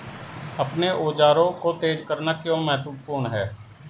अपने औजारों को तेज करना क्यों महत्वपूर्ण है?